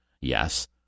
Yes